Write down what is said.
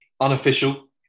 Unofficial